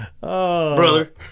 brother